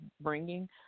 bringing